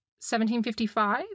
1755